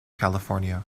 california